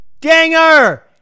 dinger